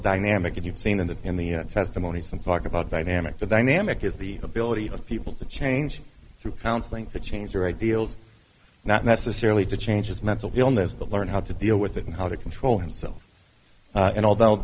dynamic if you've seen in the in the testimony some talk about dynamic the dynamic is the ability of people to change through counseling to change their ideals not necessarily to change his mental illness but learn how to deal with it and how to control himself